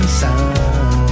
sun